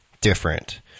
different